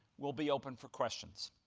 we'll be open for questions.